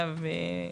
שזה עכשיו.